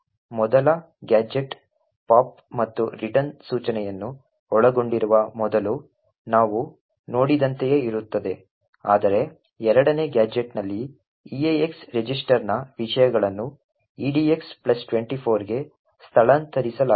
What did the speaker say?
ಮೊದಲ gadget pop ಮತ್ತು return ಸೂಚನೆಯನ್ನು ಒಳಗೊಂಡಿರುವ ಮೊದಲು ನಾವು ನೋಡಿದಂತೆಯೇ ಇರುತ್ತದೆ ಆದರೆ ಎರಡನೇ ಗ್ಯಾಜೆಟ್ನಲ್ಲಿ eax ರಿಜಿಸ್ಟರ್ನ ವಿಷಯಗಳನ್ನು edx24 ಗೆ ಸ್ಥಳಾಂತರಿಸಲಾಗುತ್ತದೆ